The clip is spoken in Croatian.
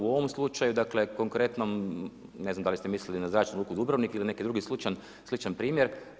U ovom slučaju, dakle, konkretnom, ne znam da li ste mislili na zračnu luku Dubrovnik ili neki drugi sličan primjer.